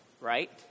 right